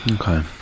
Okay